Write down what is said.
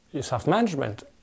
self-management